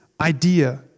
idea